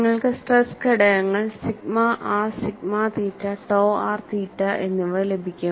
നിങ്ങൾക്ക് സ്ട്രെസ് ഘടകങ്ങൾ sigma R sigma theta tau R theta എന്നിവ ലഭിക്കും